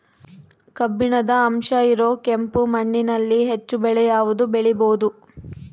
ಕಬ್ಬಿಣದ ಅಂಶ ಇರೋ ಕೆಂಪು ಮಣ್ಣಿನಲ್ಲಿ ಹೆಚ್ಚು ಬೆಳೆ ಯಾವುದು ಬೆಳಿಬೋದು?